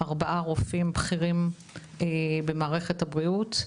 ארבעה רופאים בכירים במערכת הבריאות,